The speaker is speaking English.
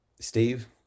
Steve